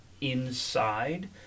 inside